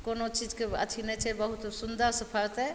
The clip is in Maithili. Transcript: कोनो चीजके अथी नहि छै बहुत सुन्दर सऽ फरतै